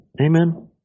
Amen